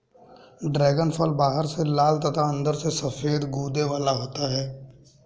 dragon फल बाहर से लाल तथा अंदर से सफेद गूदे वाला होता है